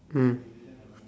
mm